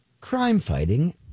crime-fighting